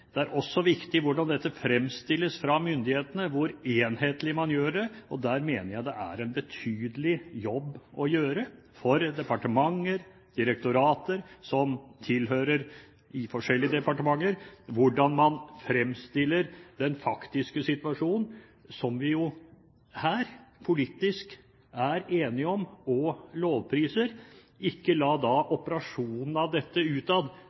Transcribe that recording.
også viktig hvordan dette fremstilles fra myndighetene, hvor enhetlig man gjør det. Der mener jeg det er en betydelig jobb å gjøre for departementer, direktorater som tilhører de forskjellige departementer, hvordan man fremstiller den faktiske situasjonen, som vi jo her politisk er enige om og lovpriser. Ikke la da operasjonen av dette utad